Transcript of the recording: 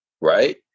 Right